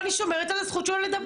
אבל אני שומרת על הזכות שלו לדבר,